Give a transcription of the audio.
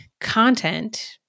Content